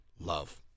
love